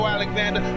Alexander